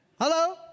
Hello